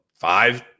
Five